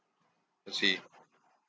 I see